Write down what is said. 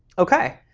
ok.